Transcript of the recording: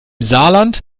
saarland